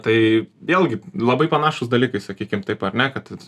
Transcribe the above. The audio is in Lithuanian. tai vėlgi labai panašūs dalykai sakykim taip ar ne kad